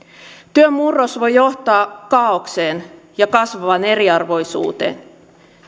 työn murros voi johtaa kaaokseen ja kasvavaan eriarvoisuuteen